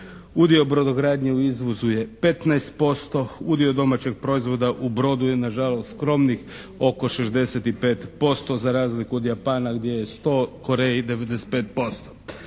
Udio brodogradnje u izvozu je 15%, udio domaćeg proizvoda u brodu je nažalost skromnih oko 65% za razliku od Japana gdje je 100, Koreji 95%.